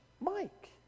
Mike